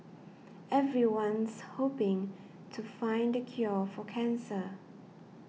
everyone's hoping to find the cure for cancer